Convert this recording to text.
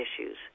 issues